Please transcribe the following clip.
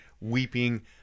weeping